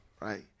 right